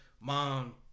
mom